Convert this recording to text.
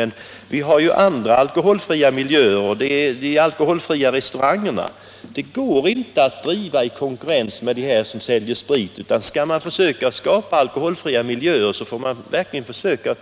Men vi har ju andra alkoholfria miljöer, t.ex. de alkoholfria restaurangerna. Dessa går inte att driva i konkurrens med dem som serverar sprit, utan skall man försöka skapa alkoholfria miljöer måste man verkligen